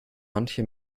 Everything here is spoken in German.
manche